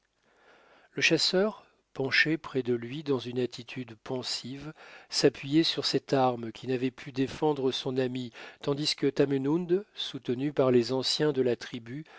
le chasseur penché près de lui dans une attitude pensive s'appuyait sur cette arme qui n'avait pu défendre son ami tandis que tamenund soutenu par les anciens de la tribu